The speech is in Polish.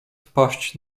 wpaść